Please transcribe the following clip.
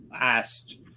asked